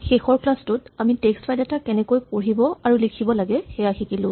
শেষৰ ক্লাচ টোত আমি টেক্স্ট ফাইল এটা কেনেকৈ পঢ়িব আৰু লিখিব লাগে সেয়া শিকিলো